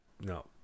no